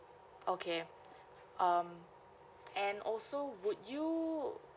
okay um and also would you